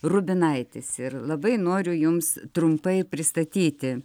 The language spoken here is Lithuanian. rubinaitis ir labai noriu jums trumpai pristatyti